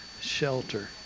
shelter